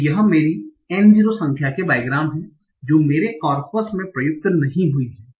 तो यह मेरी N 0 संख्या के बाईग्राम्स है जो मेरे कॉर्पस में प्रयुक्त नहीं हुई थी